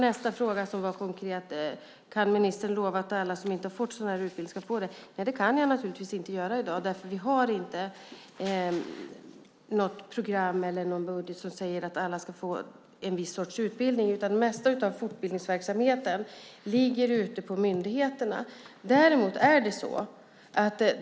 Nästa konkreta fråga löd: Kan ministern lova att alla som inte har fått sådan här utbildning ska få det? Nej, det kan jag inte eftersom vi varken har program eller budget för att alla ska få en viss sorts utbildning. Det mesta av fortbildningsverksamheten ligger ute på myndigheterna.